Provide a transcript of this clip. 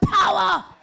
power